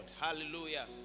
hallelujah